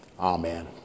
Amen